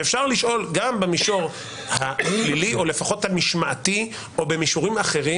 ואפשר לשאול גם במישור הפלילי או לפחות המשמעתי או במישורים אחרים,